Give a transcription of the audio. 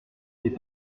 n’est